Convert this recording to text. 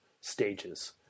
stages